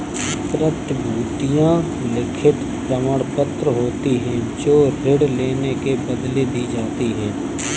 प्रतिभूतियां लिखित प्रमाणपत्र होती हैं जो ऋण लेने के बदले दी जाती है